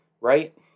right